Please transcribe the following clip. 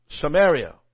Samaria